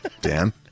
Dan